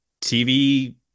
TV